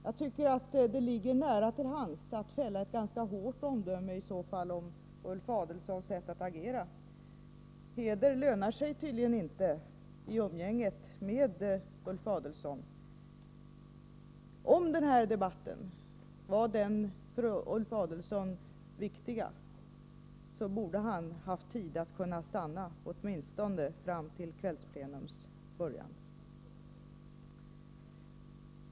Jag tycker att det ligger nära till hands att i så fall fälla ett ganska hårt omdöme om Ulf Adelsohns sätt att agera. Heder lönar sig tydligen inte i umgänget med Ulf Adelsohn. Om den här debatten var den för Ulf Adelsohn viktiga, borde han haft tid att stanna åtminstone fram till kvällsplenums början.